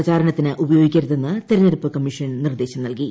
പ്രചാരണത്തിന് ഉപയോഗിക്കരുതെന്ന് തെരഞ്ഞെടുപ്പ് കമ്മീഷൻ നിർദ്ദേശം നൽകി